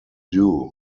doo